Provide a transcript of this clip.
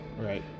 Right